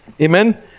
Amen